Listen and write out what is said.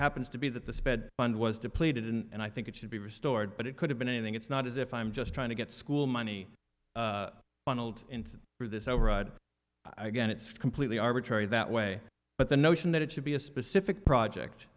happens to be that the spread fund was depleted and i think it should be restored but it could have been anything it's not as if i'm just trying to get school money funneled into for this override again it's completely arbitrary that way but the notion that it should be a specific project